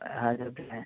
हां सर ठीक आहे